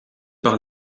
par